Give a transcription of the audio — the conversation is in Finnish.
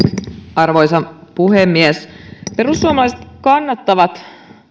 arvoisa puhemies perussuomalaiset kannattavat